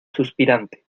suspirante